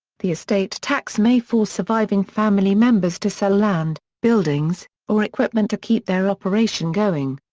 the estate tax may force surviving family members to sell land, buildings, or equipment to keep their operation going.